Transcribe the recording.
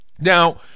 Now